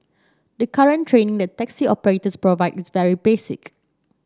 the current training that taxi operators provide is very basic